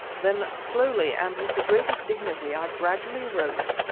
then slowly and with the greatest dignity i gradually arose,